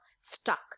stuck